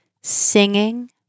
Singing